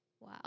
Wow